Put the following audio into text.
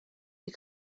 die